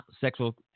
sexual